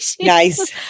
Nice